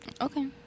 Okay